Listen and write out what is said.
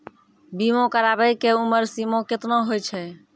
बीमा कराबै के उमर सीमा केतना होय छै?